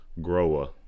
grower